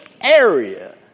area